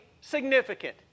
significant